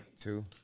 Two